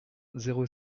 zéro